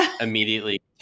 immediately